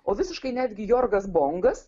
o visiškai netgi jorgas bongas